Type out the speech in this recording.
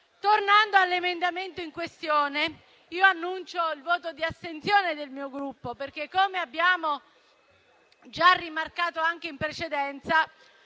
Tornando all'emendamento in questione, annuncio il voto di astensione del mio Gruppo perché, come abbiamo già rimarcato anche in precedenza,